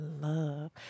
love